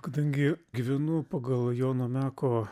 kadangi gyvenu pagal jono meko